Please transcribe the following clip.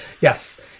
yes